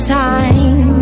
time